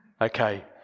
Okay